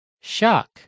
shock